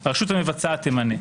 הרשות המבצעת תמנה,